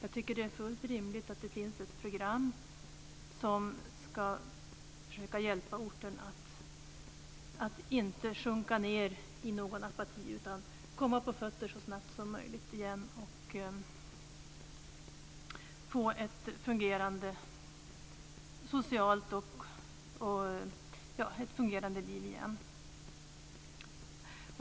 Det är fullt rimligt att det finns ett program i syfte att försöka hjälpa orterna att inte sjunka ned i apati. Det gäller ju i stället att så snabbt som möjligt komma på fötter och få ett fungerande liv igen.